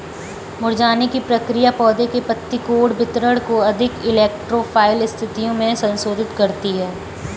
मुरझाने की प्रक्रिया पौधे के पत्ती कोण वितरण को अधिक इलेक्ट्रो फाइल स्थितियो में संशोधित करती है